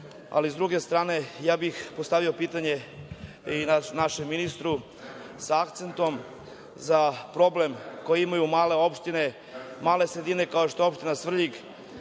druge strane, postavio bih pitanje i našem ministru, sa akcentom za problem koji imaju male opštine, male sredine kao što je opština Svrljig,